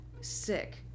sick